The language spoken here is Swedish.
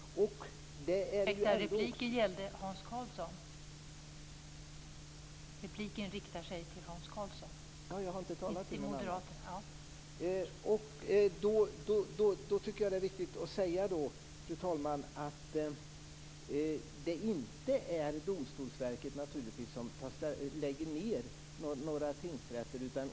Jag tycker att det är viktigt att säga, fru talman, att det naturligtvis inte är Domstolsverket som lägger ned några tingsrätter.